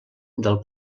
del